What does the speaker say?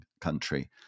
country